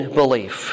belief